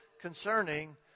concerning